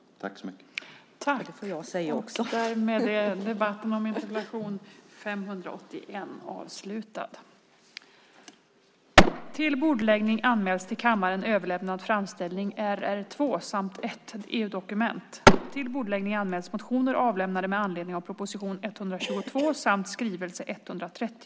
: Det får jag också säga.)